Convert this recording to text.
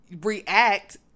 react